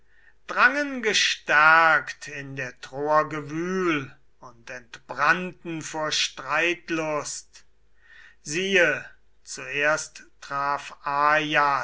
drangen gestärkt in der troer gewühl und entbrannten vor streitlust siehe zuerst traf